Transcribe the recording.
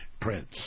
prince